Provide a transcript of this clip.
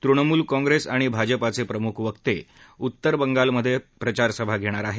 तृणमूल काँग्रेस आणि भाजपाचे प्रमुख वक्ते उत्तर बंगालमधे प्रचारसभा घेणार आहेत